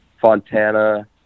fontana